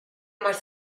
más